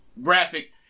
graphic